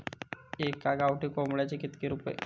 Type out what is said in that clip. एका गावठी कोंबड्याचे कितके रुपये?